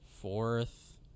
fourth